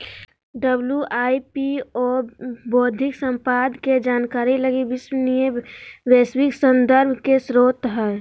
WIPO बौद्धिक संपदा के जानकारी लगी विश्वसनीय वैश्विक संदर्भ के स्रोत हइ